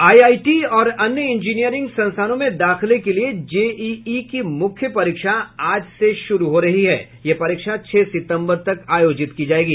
IIT और अन्य engineering संस्थानों में दाखिले के लिये जेईई की मुख्य परीक्षा आज से छह सितम्बर तक आयोजित की जायेगी